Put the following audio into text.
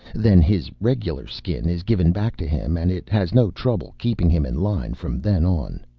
then his regular skin is given back to him and it has no trouble keeping him in line from then on.